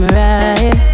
right